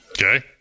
Okay